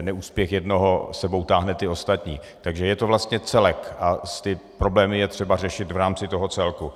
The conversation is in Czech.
Neúspěch jednoho s sebou táhne ty ostatní, takže je to vlastně celek a ty problémy je třeba řešit v rámci toho celku.